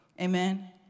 Amen